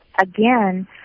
again